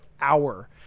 hour